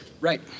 Right